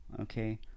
Okay